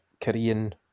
Korean